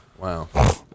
Wow